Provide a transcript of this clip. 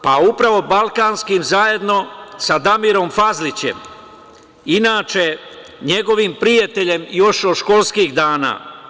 Pa, upravo balkanskim, zajedno sa Damirom Fazlićem, inače njegovim prijateljem još od školskih dana.